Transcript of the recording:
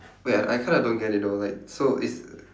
wait I I kinda don't get it though like so is